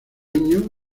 año